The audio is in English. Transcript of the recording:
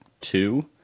two